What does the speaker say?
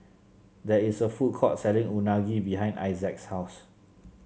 there is a food court selling Unagi behind Issac's house